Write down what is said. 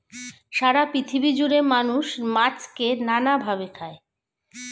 সারা পৃথিবী জুড়ে মানুষ মাছকে নানা ভাবে খায়